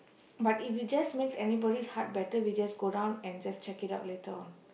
but if you just went to anybody's heart better we just go down and just check it out later on